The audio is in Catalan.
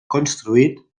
construït